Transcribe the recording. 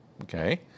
Okay